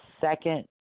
second